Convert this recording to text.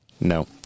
No